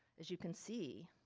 as you can see,